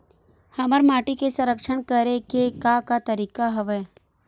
हमर माटी के संरक्षण करेके का का तरीका हवय?